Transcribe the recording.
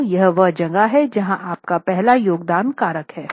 तो यह वह जगह है जहाँ आपका पहला योगदान कारक हैं